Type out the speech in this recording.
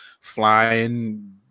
flying